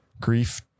grief